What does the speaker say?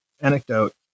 anecdote